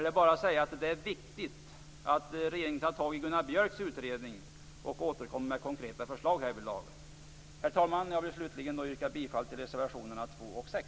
Det är viktigt att regeringen tar tag i Gunnar Björks utredning och återkommer med konkreta förslag härvidlag. Herr talman! Jag vill slutligen yrka bifall till reservationerna 2 och 6.